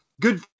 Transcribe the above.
Good